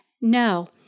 No